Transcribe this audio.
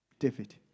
David